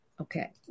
okay